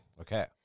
Okay